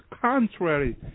contrary